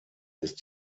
ist